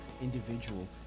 individual